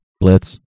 Blitz